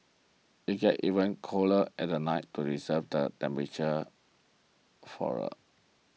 it gets even colder at the night to reserve the temperate flora